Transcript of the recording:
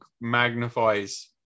magnifies